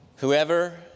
Whoever